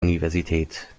universität